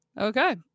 Okay